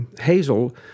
Hazel